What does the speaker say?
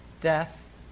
death